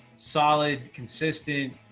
solid, consistent,